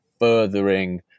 furthering